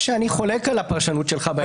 שאני חולק על הפרשנות שלך בעניין הזה.